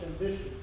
ambition